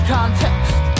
context